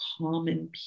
common